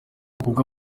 ubwoko